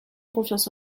confiance